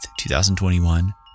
2021